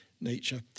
nature